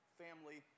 family